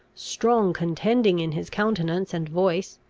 strong contending in his countenance and voice,